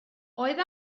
oedd